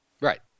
Right